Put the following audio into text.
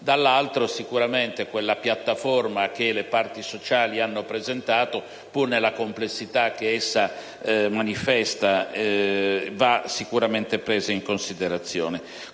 Dall'altro lato, sicuramente quella piattaforma che le parti sociali hanno presentato, pur nella complessità che essa manifesta, va presa in considerazione.